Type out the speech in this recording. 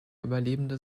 überlebende